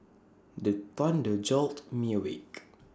the thunder jolt me awake